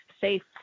safe